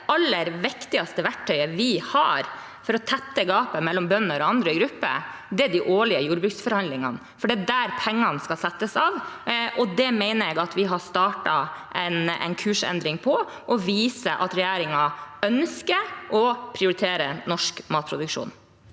det aller viktigste verktøyet vi har for å tette gapet mellom bønder og andre grupper, er de årlige jordbruksforhandlingene, for det er der pengene skal settes av. Der mener jeg at vi har startet en kursendring som viser at regjeringen ønsker å prioritere norsk matproduksjon.